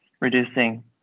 reducing